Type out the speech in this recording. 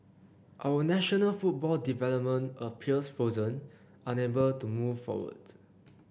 our national football development appears frozen unable to move forward